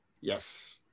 Yes